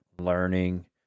learning